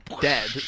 dead